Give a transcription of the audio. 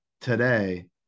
today